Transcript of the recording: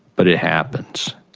but it happens.